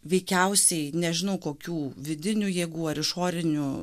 veikiausiai nežino kokių vidinių jėgų ar išorinių